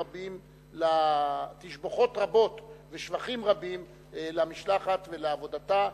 תשבחות רבות ושבחים רבים למשלחת ולעבודתה,